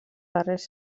darrers